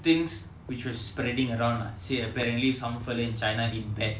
things which was spreading around lah see apparently some fellow in china eat bat